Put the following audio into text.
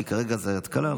כי כרגע זאת התקלה,